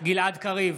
גלעד קריב,